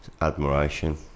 admiration